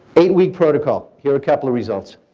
eight-week protocol, here are a couple of results.